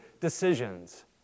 decisions